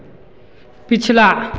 पिछला